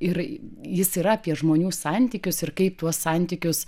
ir jis yra apie žmonių santykius ir kaip tuos santykius